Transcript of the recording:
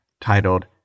titled